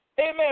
amen